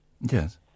yes